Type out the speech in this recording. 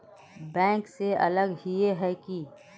Bank से अलग हिये है की?